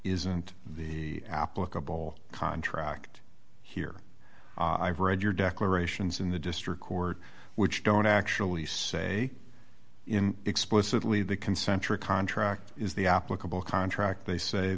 isn't the applicable contract here i've read your declarations in the district court which don't actually say in explicitly the concentric contract is the applicable contract they say